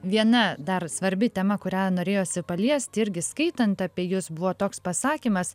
viena dar svarbi tema kurią norėjosi paliest irgi skaitant apie jus buvo toks pasakymas